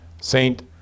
Saint